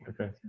okay